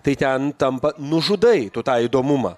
tai ten tampa nužudai tu tą įdomumą